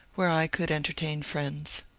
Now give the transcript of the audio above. where i could entertain friends.